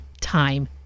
time